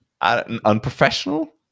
unprofessional